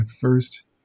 first